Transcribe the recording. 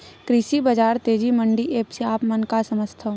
कृषि बजार तेजी मंडी एप्प से आप मन का समझथव?